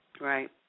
Right